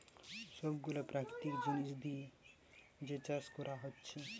সব গুলা প্রাকৃতিক জিনিস দিয়ে যে চাষ কোরা হচ্ছে